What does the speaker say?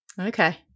Okay